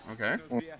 Okay